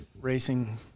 racing